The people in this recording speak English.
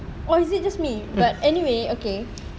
or is it just me but anyway okay